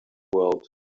world